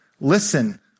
listen